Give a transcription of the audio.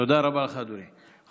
תודה רבה לך, אדוני.